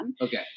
Okay